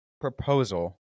proposal